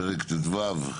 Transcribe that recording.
פרק ט"ו,